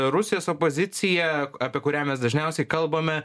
rusijos opozicija apie kurią mes dažniausiai kalbame